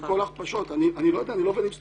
אני לא יודע, אני לא עובד עם סטופר.